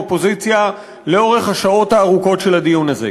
בשם האופוזיציה בשעות הארוכות של הדיון הזה.